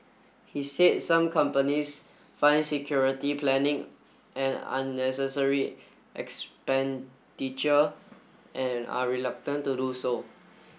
he said some companies find security planning an unnecessary expenditure and are reluctant to do so